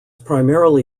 primarily